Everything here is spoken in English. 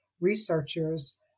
researchers